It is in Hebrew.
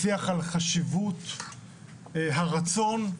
לשיח על חשיבות הרצון,